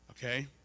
Okay